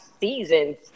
seasons